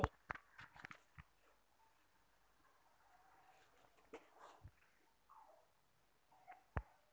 genome, जीवांचे अनुवांशिक साहित्य सुधारण्यासाठी शेतीमध्ये अनुवांशीक अभियांत्रिकी वापरली जाते